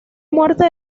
muerte